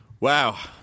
Wow